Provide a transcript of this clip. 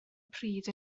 pryd